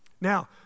Now